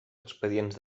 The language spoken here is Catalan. expedients